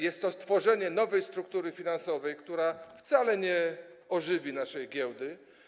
Jest to stworzenie nowej struktury finansowej, która wcale nie ożywi naszej giełdy.